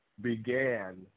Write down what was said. began